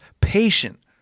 patient